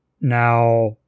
Now